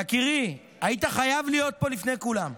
יקירי, היית חייב להיות פה לפני כולם.